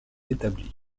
établi